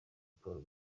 paul